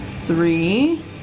three